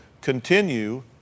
continue